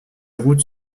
routes